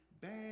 bad